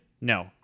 no